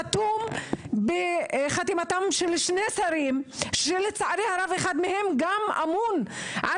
חתום עם חתימתם של שני שרים שלצערי הרב גם אחד מהם אמון על